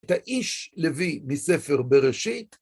את האיש לביא מספר בראשית